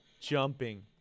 Jumping